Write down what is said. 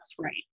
right